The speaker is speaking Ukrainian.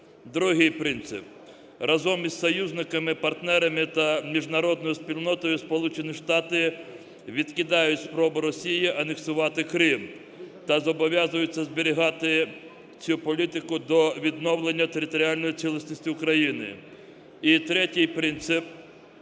Другий принцип. Разом із союзниками, партнерами та міжнародною спільнотою Сполучені Штати відкидають спробу Росії анексувати Крим та зобов'язуються зберігати цю політику до відновлення територіальної цілісності України. І третій принцип.